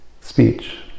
Speech